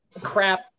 crap